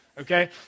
okay